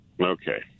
Okay